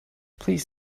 please